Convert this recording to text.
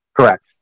Correct